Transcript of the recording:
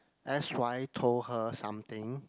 s_y told her something